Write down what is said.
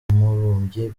mubumbyi